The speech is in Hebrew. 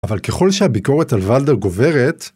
אבל ככל שהביקורת על ולדר גוברת...